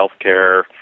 Healthcare